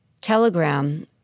Telegram